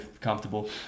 comfortable